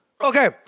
Okay